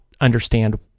understand